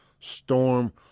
storm